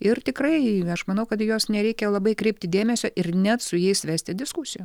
ir tikrai aš manau kad į juos nereikia labai kreipti dėmesio ir net su jais vesti diskusijų